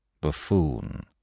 Buffoon